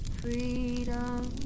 freedom